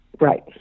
Right